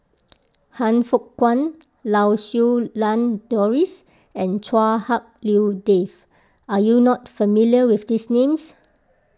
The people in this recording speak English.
Han Fook Kwang Lau Siew Lang Doris and Chua Hak Lien Dave are you not familiar with these names